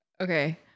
okay